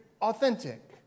authentic